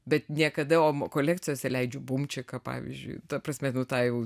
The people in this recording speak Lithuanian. bet niekada o kolekcijose leidžiu bumčiką pavyzdžiui ta prasme nu tą jau